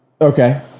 Okay